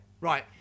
Right